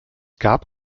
gab